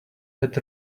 had